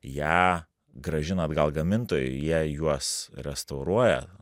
ją grąžina atgal gamintojui jie juos restauruoja